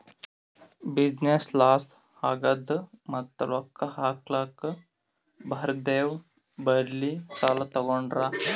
business loss ಆಗ್ಯಾದ್ ಮತ್ತ ರೊಕ್ಕಾ ಹಾಕ್ಲಾಕ್ ಬ್ಯಾರೆದವ್ ಬಲ್ಲಿ ಸಾಲಾ ತೊಗೊಂಡ್ರ